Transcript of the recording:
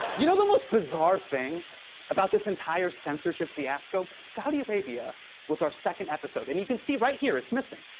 you know the most bizarre thing about this entire censorship fiasco? saudi arabia was our second episode, and you can see right here, it's missing.